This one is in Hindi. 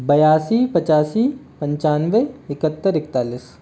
बयासी पचासी पंचानवे इकहत्तर इकतालीस